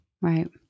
Right